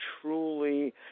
truly